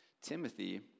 Timothy